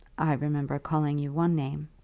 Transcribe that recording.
i remember calling you one name.